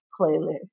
playlist